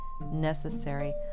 necessary